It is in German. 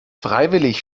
freiwillig